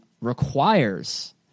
requires